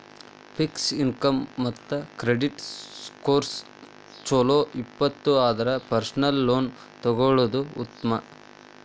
fix income ಮತ್ತ credit scores ಚೊಲೋ ಇತ್ತಪ ಅಂದ್ರ ಪರ್ಸನಲ್ ಲೋನ್ ತೊಗೊಳ್ಳೋದ್ ಉತ್ಮ